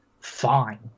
fine